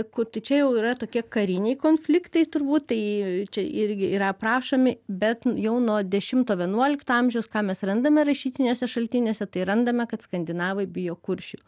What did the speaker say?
kur tai čia jau yra tokie kariniai konfliktai turbūt tai čia irgi yra aprašomi bet jau nuo dešimto vienuolikto amžiaus ką mes randame rašytiniuose šaltiniuose tai randame kad skandinavai bijo kuršių